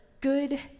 good